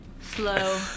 slow